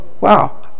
wow